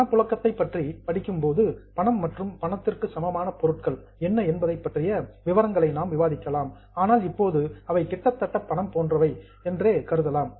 பணப்புழக்கத்தை பற்றி படிக்கும் போது பணம் மற்றும் பணத்திற்கு சமமான பொருட்கள் என்ன என்பது பற்றிய விவரங்களை நாம் விவாதிக்கலாம் ஆனால் இப்போது அவை கிட்டத்தட்ட பணம் போன்றது என்றே கருதலாம்